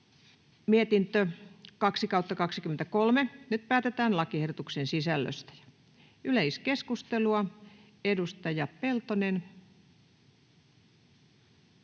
mietintö TyVM 2/2023 vp. Nyt päätetään lakiehdotuksen sisällöstä. — Yleiskeskustelua, edustaja Peltonen.